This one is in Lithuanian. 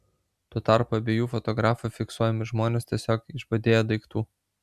tuo tarpu abiejų fotografų fiksuojami žmonės tiesiog išbadėję daiktų